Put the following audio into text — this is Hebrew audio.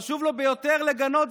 חשוב לו ביותר לגנות,